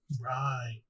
Right